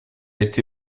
été